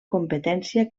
competència